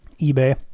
eBay